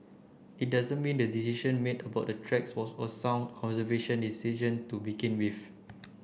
it doesn't mean the decision made about the tracks was a sound conservation decision to begin with